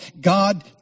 God